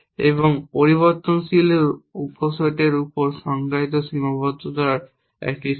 এবং পরিবর্তনশীলের উপসেটের উপর সংজ্ঞায়িত সীমাবদ্ধতার একটি সেট